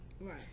Right